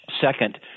Second